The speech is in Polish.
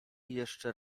jeszcze